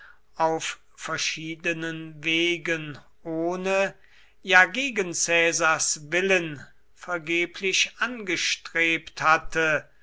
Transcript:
auf verschiedenen wegen ohne ja gegen caesars willen vergeblich angestrebt hatte